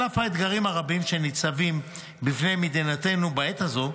על אף האתגרים הרבים שניצבים בפני מדינתנו בעת הזו,